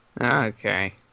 Okay